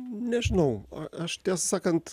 nežinau aš tiesą sakant